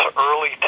early